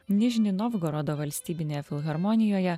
nižni novgorodo valstybinėje filharmonijoje